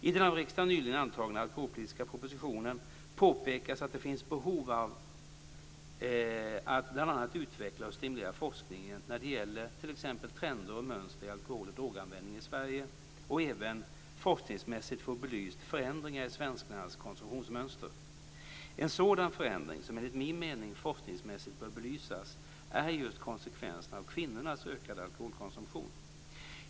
I den av riksdagen nyligen antagna alkoholpolitiska propositionen påpekas att det finns behov att bl.a. utveckla och stimulera forskning när det gäller t.ex. trender och mönster i alkohol och droganvändningen i Sverige och även forskningsmässigt få belyst förändringar i svenskarnas konsumtionsmönster. En sådan förändring som enligt min mening forskningsmässigt bör belysas är just konsekvenserna av kvinnornas ökade alkoholkonsumtion.